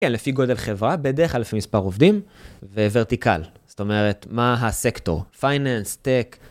כן, לפי גודל חברה, בדרך כלל, לפי מספר עובדים, וורטיקל, זאת אומרת, מה הסקטור - פייננס, טק,